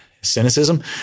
cynicism